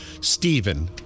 Stephen